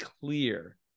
clear